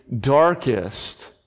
darkest